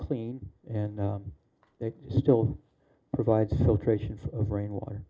clean and it still provides filtration of rainwater